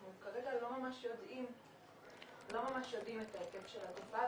אנחנו כרגע לא ממש יודעים את ההיקף של התופעה,